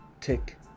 Tick